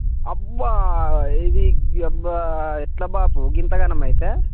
అబ్బా ఇది అబ్బా ఎట్లా బాపు ఇంతగనమైతే